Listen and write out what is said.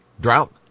Drought